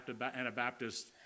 Anabaptist